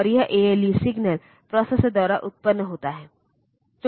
और यह ALE signal processor द्वारा उत्पन्न होता है